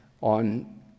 on